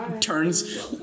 turns